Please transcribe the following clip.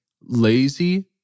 lazy